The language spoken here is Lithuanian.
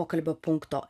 pokalbių punkto